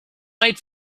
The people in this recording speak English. made